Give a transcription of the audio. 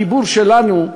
הדיבור שלנו,